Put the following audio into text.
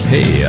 Hey